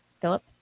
Philip